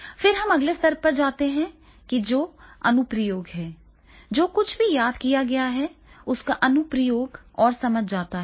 फिर हम अगले स्तर पर जाते हैं जो कि अनुप्रयोग है जो कुछ भी याद किया गया है उसका अनुप्रयोग और समझा जाता है